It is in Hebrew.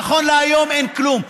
נכון להיום אין כלום.